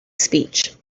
speech